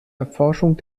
erforschung